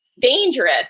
dangerous